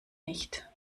nicht